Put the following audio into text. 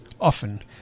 often